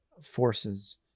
forces